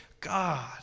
God